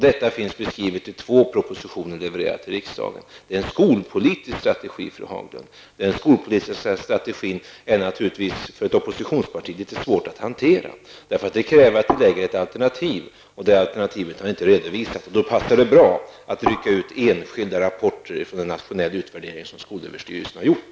Detta finns beskrivet i två propositioner som har levererats till riksdagen. Det är en skolpolitisk strategi, fru Haglund. Denna skolpolitiska strategi är naturligtvis litet svår att hantera för ett oppositionsparti. Det kräver att man har ett alternativ, och det alternativet har inte redovisats. Då passar det bra att rycka ut enskilda rapporter ifrån en nationell utvärdering som skolöverstyrelsen har gjort.